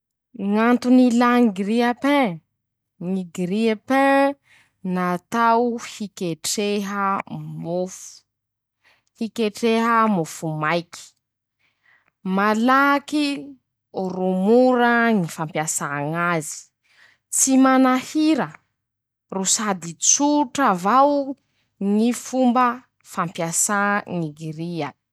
Ñ'antony ilà ñy grille a paim: -ñy grille-paim natao fiketreha mofo. hiketreha mofo maiky. malaky ro mora ñy fampiasà ñ'azy. tsy manahira sady tsotra avao ñy fomba fampiasa ñy grille_paim.